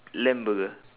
lamb burger